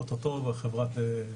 אוטוטו בחברת נובל.